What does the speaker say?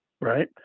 right